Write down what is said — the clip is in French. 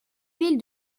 ville